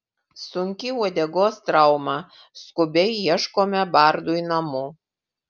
sunki uodegos trauma skubiai ieškome bardui namų